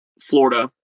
florida